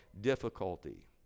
difficulty